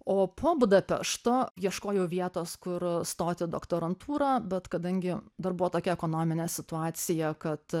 o po budapešto ieškojau vietos kur stot į doktorantūrą bet kadangi dar buvo tokia ekonominė situacija kad